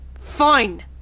Fine